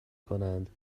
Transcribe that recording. کنند